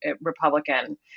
Republican